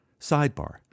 Sidebar